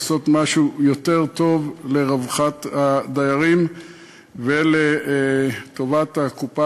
לעשות משהו יותר טוב לרווחת הדיירים ולטובת הקופה